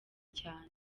cyane